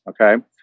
Okay